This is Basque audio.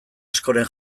askoren